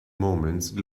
moments